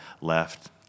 left